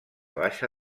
baixa